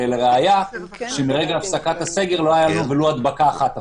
ולראיה שמרגע הפסקת הסגר לא הייתה לנו ולו הדבקה אחת אפילו.